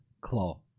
Claw